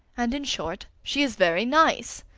and, in short, she is very nice.